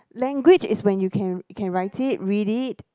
language is when you can can write it read it